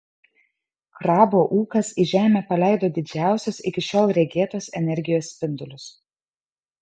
krabo ūkas į žemę paleido didžiausios iki šiol regėtos energijos spindulius